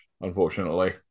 Unfortunately